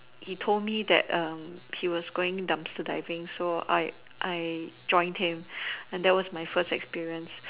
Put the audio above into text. he told me that um he was going dumpster diving so I I joined him and that's my first experience